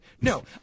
No